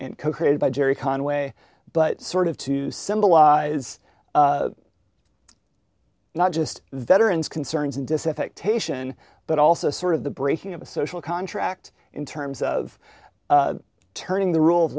and co created by gerry conway but sort of to symbolize not just veterans concerns and disaffect taishan but also sort of the breaking of a social contract in terms of turning the rule of